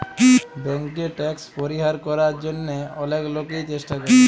ব্যাংকে ট্যাক্স পরিহার করার জন্যহে অলেক লোকই চেষ্টা করে